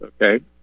okay